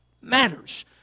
matters